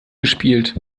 gespielt